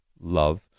love